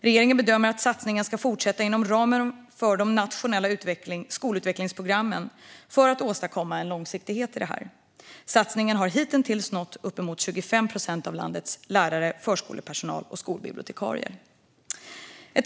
Regeringen bedömer att satsningen ska fortsätta inom ramen för de nationella skolutvecklingsprogrammen för att åstadkomma långsiktighet. Satsningen har hittills nått uppemot 25 procent av landets lärare, förskolepersonal och skolbibliotekarier.